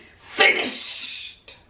finished